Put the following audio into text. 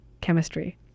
chemistry